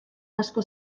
asko